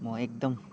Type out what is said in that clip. म एकदम